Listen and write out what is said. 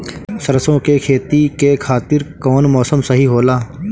सरसो के खेती के खातिर कवन मौसम सही होला?